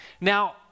Now